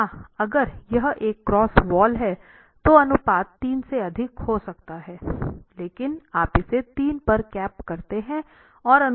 और हां अगर यह एक क्रॉस वाल है तो अनुपात 3 से अधिक हो सकता है लेकिन आप इसे 3 पर कैप करते हैं और अनुमान लगाते हैं